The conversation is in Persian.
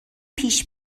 پیش